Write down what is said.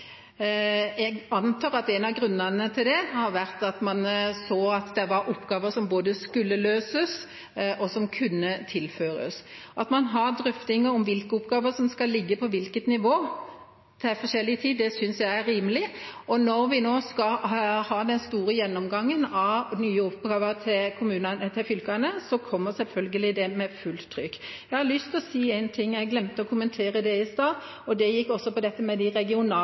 Jeg antar at en av grunnene til det har vært at man så at det var oppgaver som både skulle løses og kunne tilføres. At man har drøftinger om hvilke oppgaver som skal ligge på hvilket nivå til forskjellig tid, det synes jeg er rimelig. Og når vi nå skal ha den store gjennomgangen av nye oppgaver til fylkene, kommer selvfølgelig det med fullt trykk. Jeg har lyst til å si en ting jeg glemte å kommentere i stad, det gikk på dette med de